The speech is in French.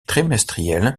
trimestrielle